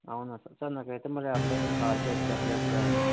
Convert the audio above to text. అవునా sir sir నాకైతే మరీ ఆ అబ్బాయి ఏం కాల్ చేసి చెప్పలేదు సార్